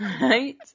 Right